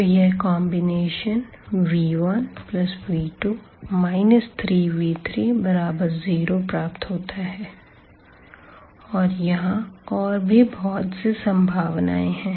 तो यह combination v1v2 3v30 प्राप्त होता है और यहाँ और भी बहुत सी संभावनाएं हैं